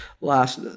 last